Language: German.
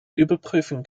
überprüfen